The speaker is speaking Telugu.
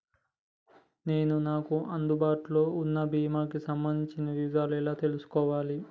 నేను నాకు అందుబాటులో ఉన్న బీమా కి సంబంధించిన వివరాలు ఎలా తెలుసుకోవాలి?